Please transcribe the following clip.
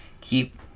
keep